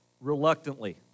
reluctantly